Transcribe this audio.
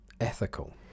ethical